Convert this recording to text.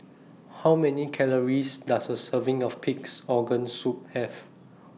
How Many Calories Does A Serving of Pig'S Organ Soup Have